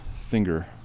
finger